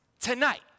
tonight